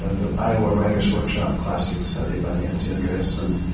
ah the ohio ah writers workshop classic study by nancy andreason,